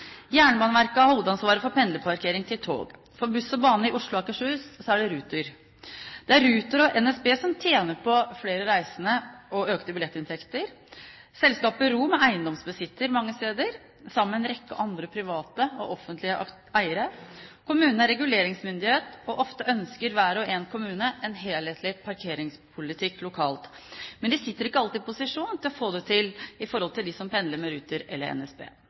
Jernbaneverket har hovedansvaret for pendlerparkering til tog. For buss og bane i Oslo og Akershus er det Ruter. Det er Ruter og NSB som tjener på flere reisende og økte billettinntekter. Selskapet Rom Eiendom er eiendomsbesitter mange steder sammen med en rekke andre private og offentlige eiere. Kommunene er reguleringsmyndighet. Ofte ønsker hver og en kommune en helhetlig parkeringspolitikk lokalt, men de sitter ikke alltid i posisjon til å få det til med tanke på dem som pendler med Ruter eller NSB.